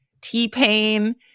T-Pain